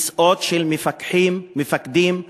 כיסאות של מפקחים ומפקדים,